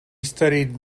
studied